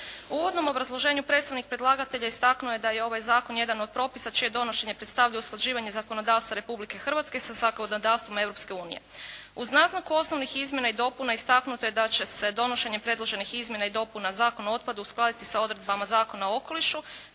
uvodnom obrazloženju predstavnik predlagatelja istaknuo je da je ovaj zakon jedan od propisa čije donošenje predstavlja usklađivanje zakonodavstva Republike Hrvatske sa zakonodavstvima Europske unije. Uz naznaku osnovnih izmjena i dopuna istaknuto je da će se donošenjem predloženih izmjena i dopuna Zakona o otpadu uskladiti sa odredbama Zakona o okolišu,